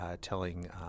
telling